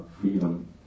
freedom